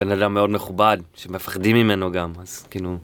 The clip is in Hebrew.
בן אדם מאוד מכובד, שמפחדים ממנו גם, אז כאילו...